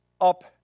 up